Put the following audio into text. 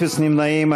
אפס נמנעים.